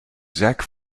zack